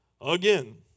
again